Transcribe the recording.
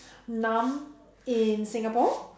nahm in Singapore